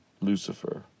Lucifer